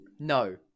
No